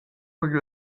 per